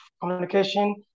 communication